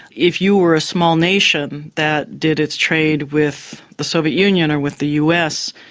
if you were a small nation that did its trade with the soviet union or with the us,